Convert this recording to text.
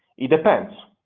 it depends.